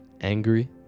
angry